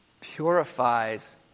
Purifies